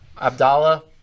Abdallah